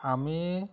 আমি